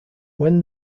when